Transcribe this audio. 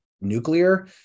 nuclear